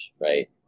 right